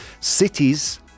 Cities